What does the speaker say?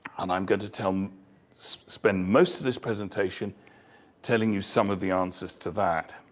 and i'm going to to um spend most of this presentation telling you some of the answers to that.